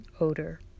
odor